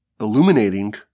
illuminating